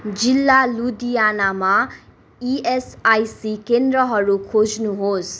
जिल्ला लुधियानामा इएसआइसी केन्द्रहरू खोज्नुहोस्